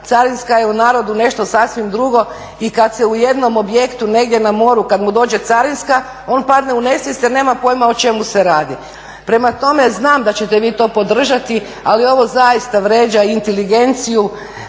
carinska je u narodu nešto sasvim drugo i kada se u jednom objektu negdje na moru, kad mu dođe carinska on padne u nesvijest jer nema pojma o čemu se radi. Prema tome, znam da ćete vi to podržati, ali ovo zaista vrijeđa inteligenciju,